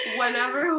Whenever